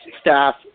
staff